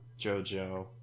JoJo